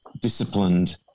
disciplined